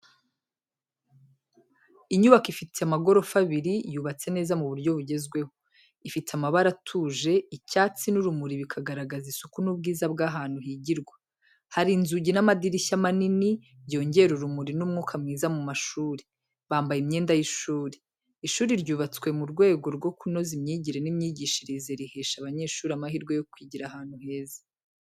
Inyubako ifite amagorofa abiri, yubatse neza mu buryo bugezweho. Ifite amabara atuje, icyatsi n’urumuri bikagaragaza isuku n’ubwiza bw’ahantu higirwa. Hari inzugi n’amadirishya manini, byongera urumuri n’umwuka mwiza mu mashuri, bambaye imyenda y’ishuri. Ishuri ryubatswe mu rwego rwo kunoza imyigire n’imyigishirize rihesha abanyeshuri amahirwe yo kwigira ahantu heza.